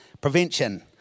Prevention